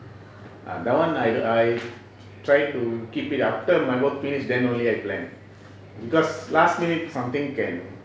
ah that [one] I I try to keep it after my work finish then only I plan because last minute something can